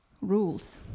Rules